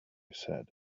said